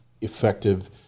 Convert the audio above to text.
effective